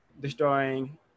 destroying